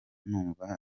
numva